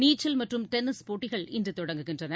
நீச்சல் மற்றும் டென்னிஸ் போட்டிகள் இன்று தொடங்குகின்றன